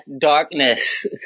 darkness